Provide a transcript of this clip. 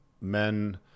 men